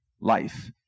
life